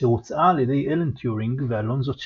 אשר הוצעה על ידי אלן טיורינג ואלונזו צ'רץ'